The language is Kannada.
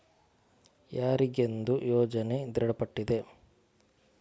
ಯಾರಿಗೆಂದು ಯೋಜನೆ ದೃಢಪಟ್ಟಿದೆ?